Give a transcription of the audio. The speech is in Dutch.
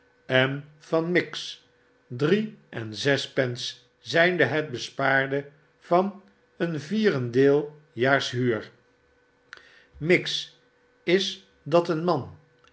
en van miggs drie en zes pence zijnde het bespaarde van een vierendeeljaars huur miggs is dat eenman zij